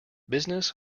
business